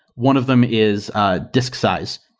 one of them is ah disk size.